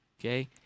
Okay